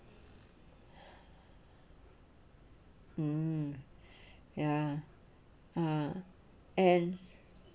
mm ya uh and